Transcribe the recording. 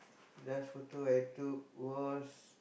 last photo I took was